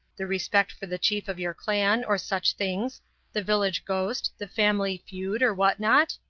the respect for the chief of your clan, or such things the village ghost, the family feud, or what not?